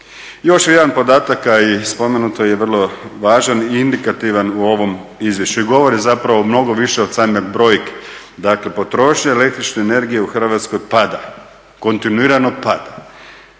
Još je jedan podatak i spomenuto je i vrlo važan i indikativan u ovom izvješću i govori mnogo više o … brojki, dakle potrošnja el.energije u Hrvatskoj pada, kontinuirano pada.